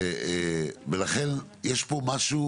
ולכן יש פה משהו